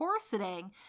corseting